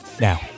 now